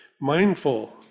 mindful